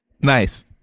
nice